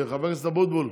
חבר הכנסת אבוטבול,